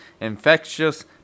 infectious